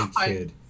kid